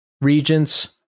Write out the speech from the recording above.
Regents